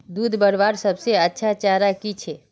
दूध बढ़वार सबसे अच्छा चारा की छे?